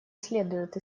следует